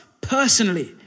personally